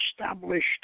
established